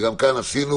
וגם כאן עשינו.